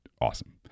awesome